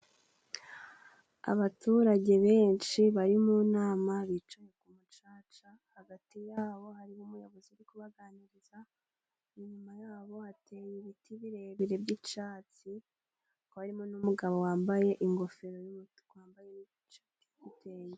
Abaturage benshi bari mu nama bicaye ku mucaca hagati yabo harimo umuyobozi uri kubaganiriza. Inyuma yabo hateye ibiti birebire by'icyatsi harimo n'umugabo wambaye ingofero y'umutuku.